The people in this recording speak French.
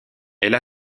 elle